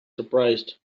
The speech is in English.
surprised